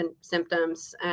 symptoms